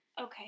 Okay